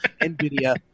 NVIDIA